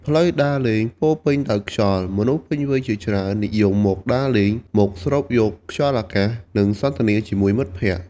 ផ្លូវដើរលេងពោរពេញដោយខ្យល់ មនុស្សពេញវ័យជាច្រើននិយមមកដើរលេង មកស្រូបយកខ្យល់អាកាស និងសន្ទនាជាមួយមិត្តភក្តិ។